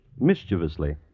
mischievously